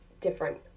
different